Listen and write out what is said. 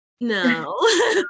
no